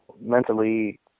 mentally